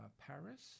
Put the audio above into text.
Paris